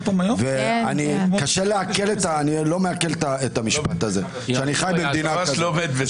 אני לא מעכל את המשפט הזה, שאני חי במדינה כזאת.